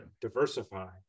diversify